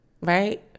Right